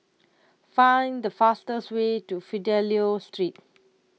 find the fastest way to Fidelio Street